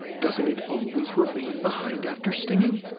doesn't it always remain behind after stinging?